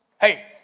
Hey